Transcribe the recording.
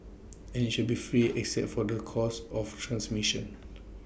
and IT should be free except for the cost of transmission